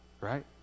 right